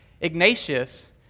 Ignatius